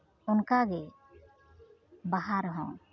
ᱚᱱᱠᱟ ᱜᱮ ᱵᱟᱦᱟ ᱨᱮᱦᱚᱸ